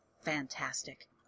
fantastic